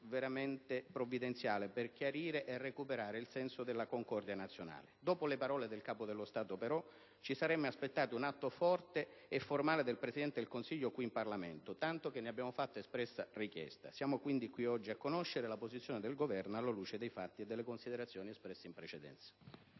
veramente provvidenziale per chiarire e recuperare il senso della concordia nazionale. Dopo le parole del Capo lo Stato, però, ci saremmo aspettati un atto forte e formale del Presidente del Consiglio qui in Parlamento, tanto che ne abbiamo fatto espressa richiesta. Siamo quindi qui oggi a conoscere la posizione del Governo, alla luce dei fatti e delle considerazioni espresse in precedenza.